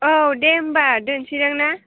औ दे होम्बा दोनसै दे ना